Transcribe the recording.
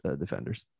defenders